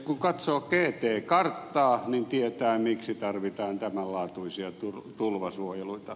kun katsoo gt karttaa niin tietää miksi tarvitaan tämänlaatuisia tulvasuojeluita